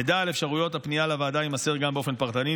מידע על אפשרויות הפנייה לוועדה יימסר גם באופן פרטני,